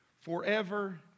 forever